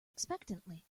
expectantly